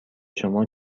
شما